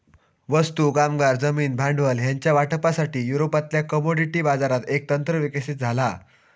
वस्तू, कामगार, जमीन, भांडवल ह्यांच्या वाटपासाठी, युरोपातल्या कमोडिटी बाजारात एक तंत्र विकसित झाला हा